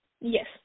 Yes